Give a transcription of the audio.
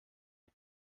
ddr